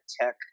tech